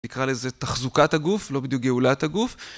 נקרא לזה תחזוקת הגוף, לא בדיוק גאולת הגוף.